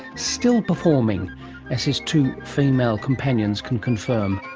still performing as his two female companions can confirm.